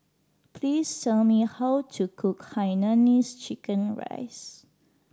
please tell me how to cook hainanese chicken rice